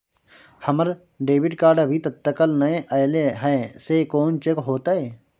हमर debit card अभी तकल नय अयले हैं, से कोन चेक होतै?